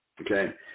okay